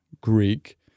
Greek